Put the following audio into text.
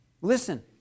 listen